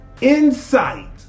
Insight